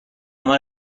might